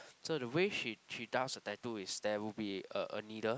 so the way she she does her tattoo is there will be a a needle